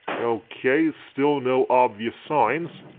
okay, still no obvious signs.